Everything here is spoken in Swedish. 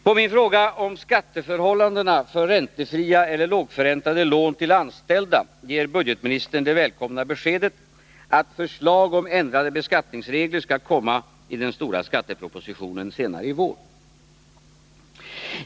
På min fråga om skatteförhållandena för räntefria eller lågförräntade lån till anställda ger budgetministern det välkomna beskedet att förslag om ändrade beskattningsregler skall komma i den stora skattepropositionen senare i vår.